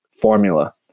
formula